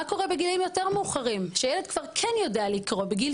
מה קורה בגילאים יותר מאוחרים כשילד כבר כן יודע לקרוא בגיל